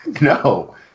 No